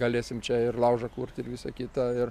galėsim čia ir laužą kurt ir visa kita ir